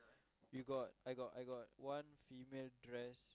you got I got I got one female dress